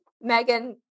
Megan